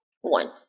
One